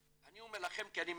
אני אומר לכם כי אני מכיר,